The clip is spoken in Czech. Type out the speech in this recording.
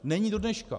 Není dodneška.